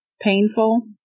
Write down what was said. painful